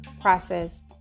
process